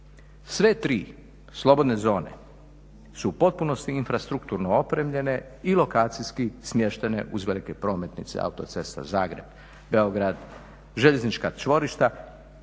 Sve tri slobodne zone su u potpunosti infrastrukturno opremljene i lokacijski smještene uz velike prometnice, autocesta Zagreb-Beograd, željeznička čvorišta